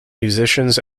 musicians